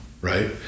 right